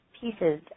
pieces